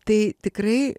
tai tikrai